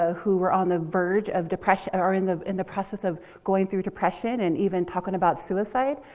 ah who were on the verge of depression, or in the in the process of going through depression and even talking about suicide.